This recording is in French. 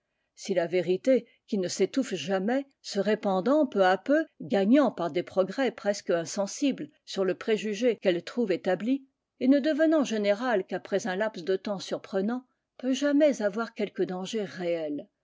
si la vérité qui ne s'étouffe jamais se répandant peu à peu gagnant par des progrès presque insensibles sur le préjugé qu'elle trouve établi et ne devenant générale qu'après un laps de temps surprenant peut jamais avoir quelque danger réel